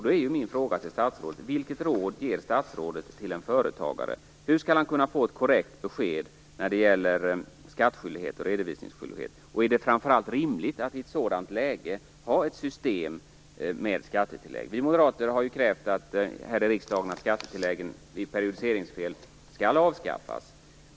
Då är min fråga till statsrådet: Vilket råd ger statsrådet till en företagare? Hur skall han kunna få ett korrekt besked när det gäller skattskyldighet och redovisningsskyldighet, och är det framför allt rimligt att i ett sådant läge ha ett system med skattetillägg? Vi moderater har krävt här i riksdagen att skattetilläggen vid periodiseringsfel skall avskaffas.